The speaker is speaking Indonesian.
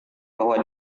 bahwa